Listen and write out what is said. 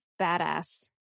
Badass